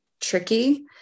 tricky